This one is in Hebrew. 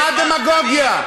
מה דמגוגיה?